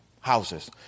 houses